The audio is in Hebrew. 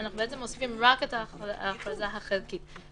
אנחנו מוסיפים רק את ההכרזה המלאה.